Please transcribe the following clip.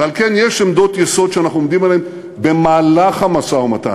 ועל כן יש עמדות יסוד שאנחנו עומדים עליהן במהלך המשא-ומתן,